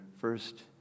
first